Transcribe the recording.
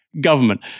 government